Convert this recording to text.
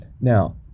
now